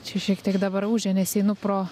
čia šiek tiek dabar užia nes einu pro